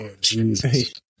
Jesus